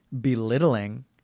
belittling